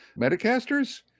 Metacasters